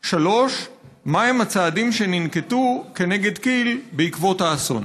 3. מהם הצעדים שננקטו נגד כי"ל בעקבות האסון?